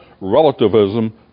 relativism